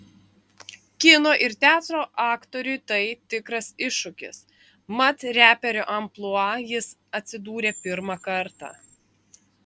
kino ir teatro aktoriui tai tikras iššūkis mat reperio amplua jis atsidūrė pirmą kartą